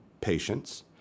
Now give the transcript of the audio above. patients